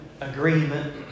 agreement